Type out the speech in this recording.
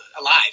alive